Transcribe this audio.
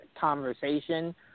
conversation